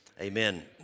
amen